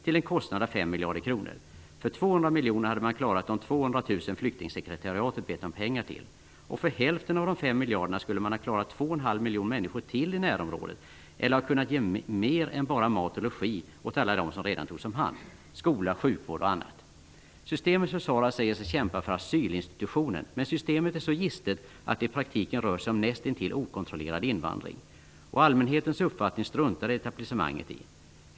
Till en kostnad av 5 miljarder kronor. För 200 miljoner hade man klarat de 200.000 Flyktingsekretariatet bett om pengar till. Och för hälften av de fem miljarderna skulle man ha klarat 2,5 miljon människor till i närområdet eller ha kunnat ge mer än bara mat och logi åt alla dem som redan togs om hand. Skola, sjukvård och annat.'' ''Systemets försvarare säger sig kämpa för asylinstitutionen, men systemet är så gistet att det i praktiken rör sig om näst intill okontrollerad invandring. Och allmänhetens uppfattning struntar etablissemanget i.